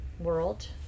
world